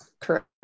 Correct